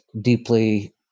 deeply